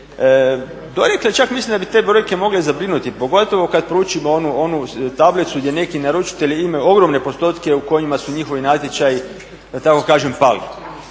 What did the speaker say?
Donekle čak mislim da bi te brojke mogle zabrinuti pogotovo kada proučimo onu tablicu gdje neki naručitelji imaju ogromne postotke u kojima su njihovi natječaji da tako kažem pali.